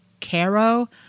Caro